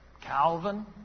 Calvin